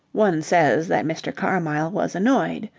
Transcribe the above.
one says that mr. carmyle was annoyed.